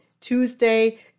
Tuesday